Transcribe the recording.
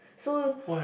so